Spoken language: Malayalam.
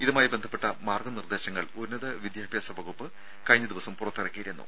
ഇതുമായി ബന്ധപ്പെട്ട മാർഗനിർദേശങ്ങൾ ഉന്നത വിദ്യാഭ്യാസ വകുപ്പ് കഴിഞ്ഞ ദിവസം പുറത്തിറക്കിയിരുന്നു